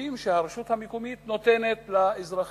השירותים שהרשות המקומית נותנת לאזרחים.